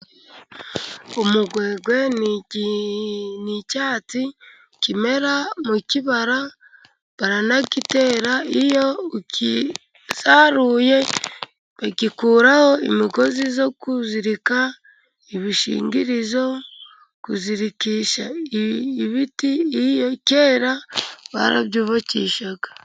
Umugwegwe ni icyatsi kimera mu kibara， baranagitera， iyo ugisaruye bagikuraho imigozi yo kuzirika ibishingirizo，kuzirikisha ibiti， kera barabyubakishaga.